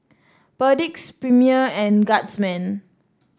Perdix Premier and Guardsman